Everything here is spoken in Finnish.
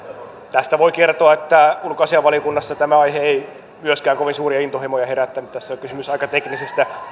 tästä voi kertoa että ulkoasiainvaliokunnassa tämä aihe ei myöskään kovin suuria intohimoja herättänyt tässä on kysymys aika teknisestä